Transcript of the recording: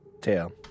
Tail